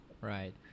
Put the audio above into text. Right